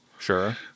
Sure